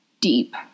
deep